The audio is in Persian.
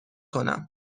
کنم